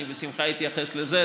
אני בשמחה אתייחס לזה.